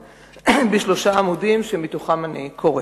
בשלושה עמודים שמתוכם אני קוראת: